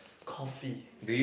coffee